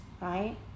Right